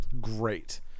Great